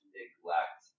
neglect